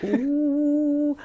ooh.